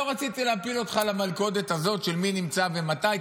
לא רציתי להפיל אותך למלכודת הזאת של מי נמצא ומתי.